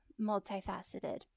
multifaceted